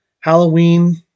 Halloween